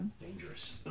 dangerous